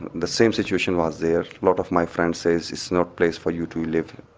the same situation was there. a lot of my friends say it's it's no place for you to live.